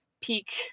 peak